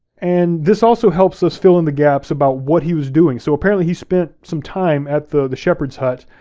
and this also helps us fill in the gaps about what he was doing. so apparently he spent some time at the the shepherd's hut,